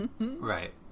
Right